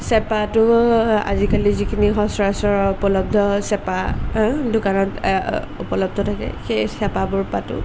চেপাটো আজিকালি যিখিনি সচৰাচৰ উপলব্ধ হয় চেপা দোকানত উপলব্ধ থাকে সেই চেপাবোৰ পাতোঁ